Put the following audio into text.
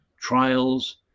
trials